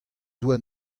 doa